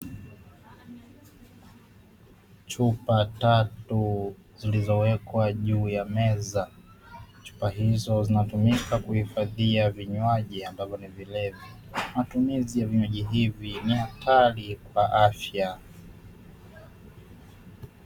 Chupa tatu zilizo wekwa juu ya meza, chupa hizo zinatumika kuhifadhia vinywaji ambavyo ni vilevi. Matumizi ya vinywaji hivi ni hatari kwa afya.